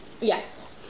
Yes